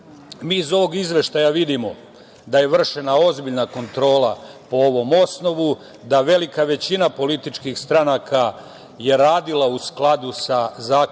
iz ovog izveštaja vidimo da je vršena ozbiljna kontrola po ovom osnovu, da velika većina političkih stranaka je radila u skladu sa zakonskim